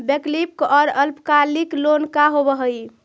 वैकल्पिक और अल्पकालिक लोन का होव हइ?